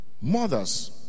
Mothers